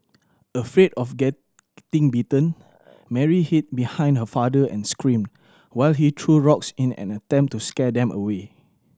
afraid of getting bitten Mary hid behind her father and screamed while he threw rocks in an attempt to scare them away